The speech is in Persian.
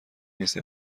نیست